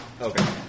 Okay